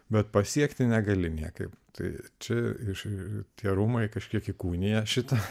bet pasiekti negali niekaip tai čia ir tie rūmai kažkiek įkūnija šitą